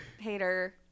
Hater